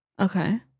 Okay